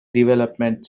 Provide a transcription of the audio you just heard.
development